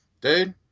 Dude